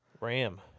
Ram